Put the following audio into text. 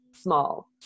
small